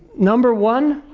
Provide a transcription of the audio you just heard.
number one,